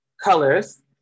colors